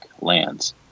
lands